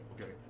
Okay